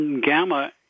gamma